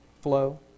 flow